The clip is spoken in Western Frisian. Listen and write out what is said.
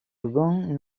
begûn